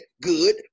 good